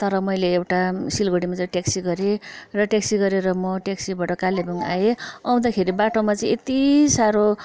तर मैले एउटा सिलगढीमा चाहिँ ट्याक्सी गरेँ र ट्याक्सी गरेर म ट्याक्सीबाट कालेबुङ आएँ आउँदाखेरि बाटोमा चाहिँ यति साह्रो